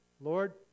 Lord